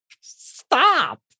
stop